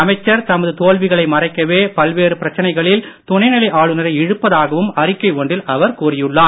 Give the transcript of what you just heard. அமைச்சர் தமது தோல்விகளை மறைக்கவே பல்வேறு பிரச்சனைகளில் துணைநிலை ஆளுநரை இழுப்பதாகவும் அறிக்கை ஒன்றில் அவர் கூறியுள்ளார்